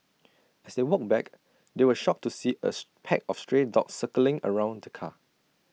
as they walked back they were shocked to see as pack of stray dogs circling around the car